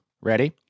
Ready